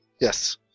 Yes